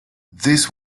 this